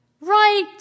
Right